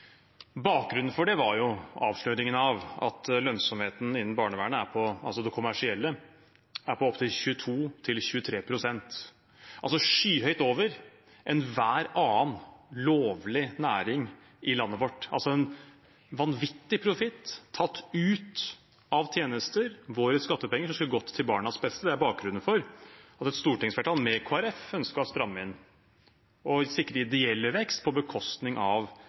Bakgrunnen for det var avsløringen av at lønnsomheten innen det kommersielle barnevernet er på opptil 22–23 pst. – altså skyhøyt over enhver annen lovlig næring i landet vårt. Det er en vanvittig profitt tatt ut av tjenester, våre skattepenger som skulle gått til barnas beste. Det er bakgrunnen for at et stortingsflertall, med Kristelig Folkeparti, ønsket å stramme inn og sikre de ideelle vekst på bekostning av